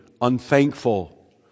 unthankful